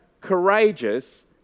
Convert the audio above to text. courageous